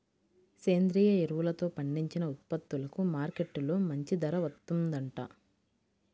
సేంద్రియ ఎరువులతో పండించిన ఉత్పత్తులకు మార్కెట్టులో మంచి ధర వత్తందంట